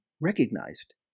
recognized